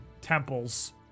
temples